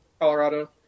Colorado